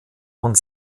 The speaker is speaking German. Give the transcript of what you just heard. und